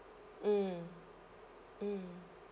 mm mm